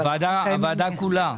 הוועדה כולה.